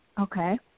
Okay